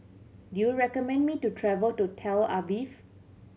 do you recommend me to travel to Tel Aviv